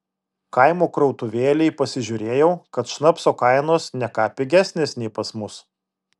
kaimo krautuvėlėj pasižiūrėjau kad šnapso kainos ne ką pigesnės nei pas mus